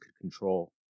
control